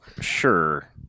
Sure